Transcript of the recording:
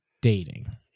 dating